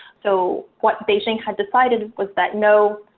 so what beijing had decided was that no,